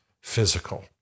physical